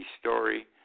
story